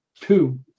two